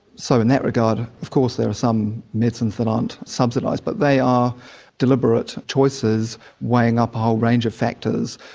so in that regard of course there are some medicines that aren't subsidised, but they are deliberate choices weighing up a whole range of factors,